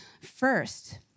first